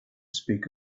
speak